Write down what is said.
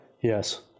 Yes